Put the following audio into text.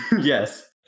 yes